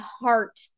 heart